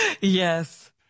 Yes